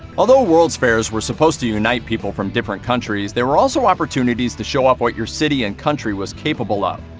although world's fairs were supposed to unite people from different countries, they were also opportunities to show off what your city and country was capable of.